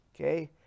Okay